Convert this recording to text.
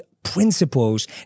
principles